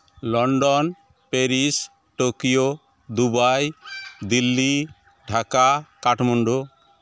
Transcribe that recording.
London Paris Tokyo Dubai Delhi Dhaka Kathmandu